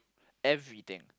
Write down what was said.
everything